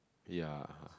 ya